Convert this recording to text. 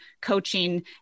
coaching